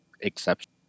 exception